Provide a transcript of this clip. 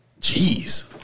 Jeez